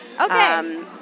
Okay